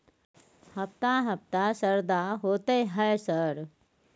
हफ्ता हफ्ता शरदा होतय है सर?